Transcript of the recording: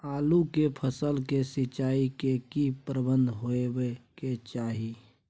आलू के फसल के सिंचाई के की प्रबंध होबय के चाही?